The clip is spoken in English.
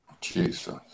Jesus